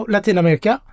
Latinamerika